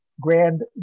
Grand